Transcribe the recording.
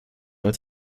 als